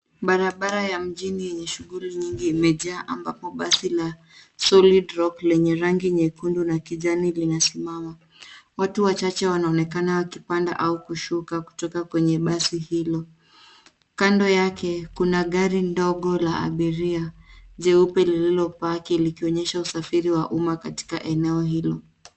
Barabara ya mjini yenye shughuli nyingi imejaa ambapo basi la solid rock lenye rangi nyekundu na kijani linasimama. Watu wachache wanaonekana wakipanda au kushuka kutoka kwenye basi hilo. Kando yake kuna gari ndogo la abiria jeupe lililopaki likionyesha usafiri wa umma katika eneo hilo.